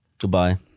goodbye